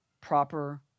proper